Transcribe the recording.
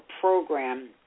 program